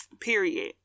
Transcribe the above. period